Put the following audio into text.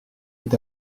est